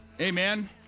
Amen